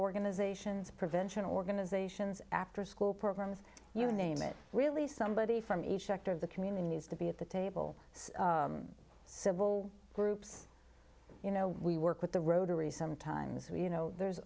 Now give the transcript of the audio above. organizations prevention organizations afterschool programs you name it really somebody from each sector of the community needs to be at the table so civil groups you know we work with the rotary sometimes we you know there's